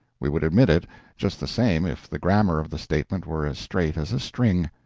we would admit it just the same if the grammar of the statement were as straight as a string,